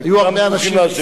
וכולם ברוכים לה'.